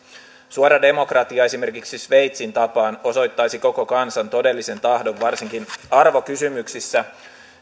suora demokratia esimerkiksi sveitsin tapaan osoittaisi koko kansan todellisen tahdon varsinkin arvokysymyksissä